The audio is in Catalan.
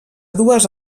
dues